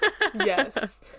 Yes